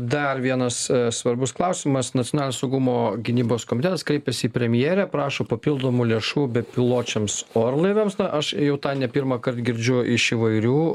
dar vienas svarbus klausimas nacionalinio saugumo gynybos komitetas kreipėsi į premjerę prašo papildomų lėšų bepiločiams orlaiviams na aš jau tą ne pirmąkart girdžiu iš įvairių